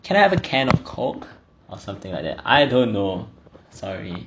can I have a can of coke or something like that I don't know sorry